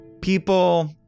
People